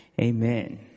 amen